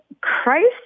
Christ